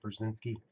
Brzezinski